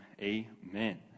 amen